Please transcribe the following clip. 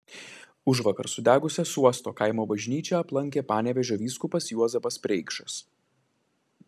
užvakar sudegusią suosto kaimo bažnyčią aplankė panevėžio vyskupas juozapas preikšas